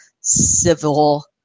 civil